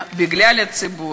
בגלל הציבור,